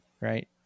right